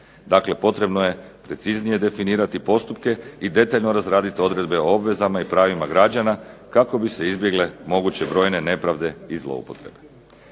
Dakle, potrebno je preciznije definirati postupke i detaljno razraditi odredbe o obvezama i pravima građana kako bi se izbjegle moguće brojne nepravde i zloupotrebe.